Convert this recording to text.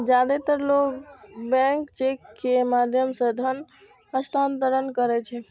जादेतर लोग bank cheque के माध्यम सं धन हस्तांतरण करै छै